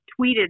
tweeted